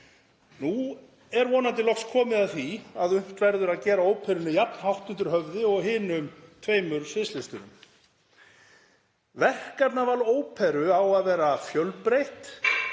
Nú er vonandi loks komið að því að unnt verði að gera óperunni jafn hátt undir höfði og hinum tveimur sviðslistunum. Verkefnaval óperu á að vera fjölbreytt.